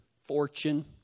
fortune